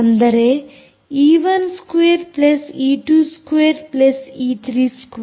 ಅಂದರೆ E 2 E 2 E 2